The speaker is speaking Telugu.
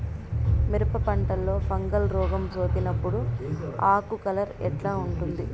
మిరప పంటలో ఫంగల్ రోగం సోకినప్పుడు ఆకు కలర్ ఎట్లా ఉంటుంది?